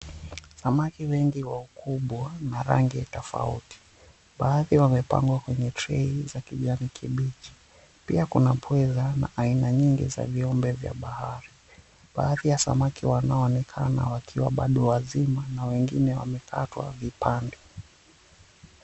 Samaki wengi, wakubwa na rangi tofauti, baadhi wamepagwa kwenye tray za kijani kibichi. Pia kuna pweza na aina nyingi za viumbe vya bahari. Baadhi ya samaki wanaoonekana wakiwa bado wazima, na wengine wamekatwa vipande.